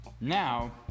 Now